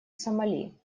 сомали